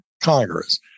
Congress